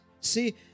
see